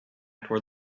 toward